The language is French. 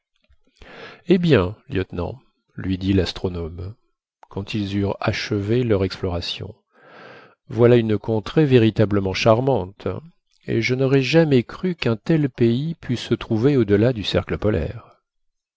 eh bien lieutenant lui dit l'astronome quand ils eurent achevé leur exploration voilà une contrée véritablement charmante et je n'aurais jamais cru qu'un tel pays pût se trouver au-delà du cercle polaire